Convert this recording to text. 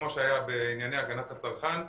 כמו שהיה בענייני הגנת הצרכן.